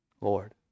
Lord